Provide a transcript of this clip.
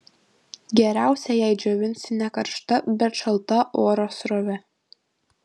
geriausia jei džiovinsi ne karšta bet šalta oro srove